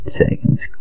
seconds